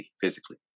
physically